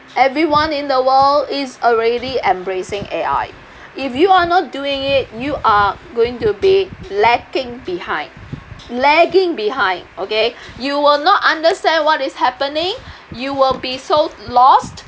everyone in the world is already embracing A_I if you are not doing it you are going to be lacking behind lagging behind okay you will not understand what is happening you will be so lost